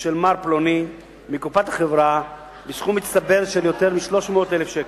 של מר פלוני מקופת החברה בסכום מצטבר של יותר מ-300,000 שקלים.